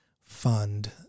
fund